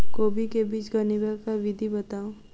कोबी केँ बीज बनेबाक विधि बताऊ?